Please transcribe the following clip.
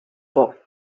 por